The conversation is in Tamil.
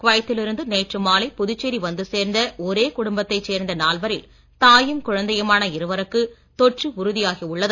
குவைத்தில் இருந்து நேற்று மாலை புதுச்சேரி வந்து சேர்ந்த ஒரே குடும்பத்தைச் சேர்ந்த நால்வரில் தாயும் குழந்தையுமான இருவருக்கு தொற்று உறுதியாகி உள்ளது